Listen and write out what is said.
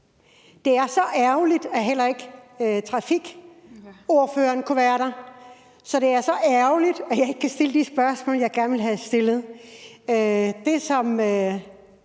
Det er så ærgerligt, at trafikordføreren heller ikke kunne være der. Det er så ærgerligt, at jeg ikke kan stille de spørgsmål, jeg gerne ville have stillet. Det,